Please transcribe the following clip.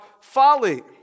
folly